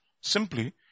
Simply